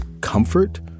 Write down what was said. Comfort